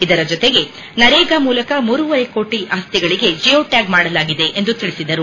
ಇದರ ಜೊತೆಗೆ ನರೇಗಾ ಮೂಲಕ ಮೂರೂವರೆ ಕೋಟಿ ಆಸ್ತಿಗಳಿಗೆ ಜಿಯೋ ಟ್ಯಾಗ್ ಮಾಡಲಾಗಿದೆ ಎಂದು ತಿಳಿಸಿದರು